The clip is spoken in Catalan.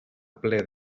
ple